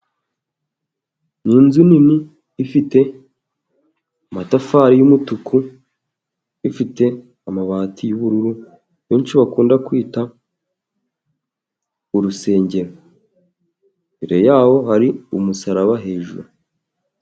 Ni inzu nini, ifite amatafari yumutuku, ifite amabati y'ubururu, benshi bakunda kwita urusengero. Imbere yaho hari umusaraba hejuru.